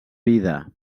vida